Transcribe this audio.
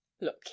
look